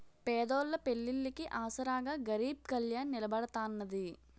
పేదోళ్ళ పెళ్లిళ్లికి ఆసరాగా గరీబ్ కళ్యాణ్ నిలబడతాన్నది